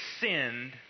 sinned